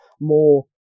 more